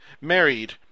married